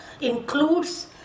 includes